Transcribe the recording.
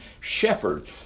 shepherd